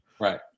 Right